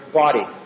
body